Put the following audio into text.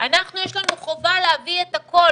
אנחנו יש לנו חובה להביא את הכול,